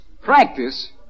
Practice